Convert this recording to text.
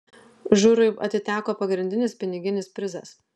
žurui atiteko pagrindinis piniginis prizas